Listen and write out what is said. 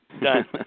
Done